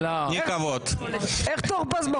אמרתי שלוש פעמים.